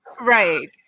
right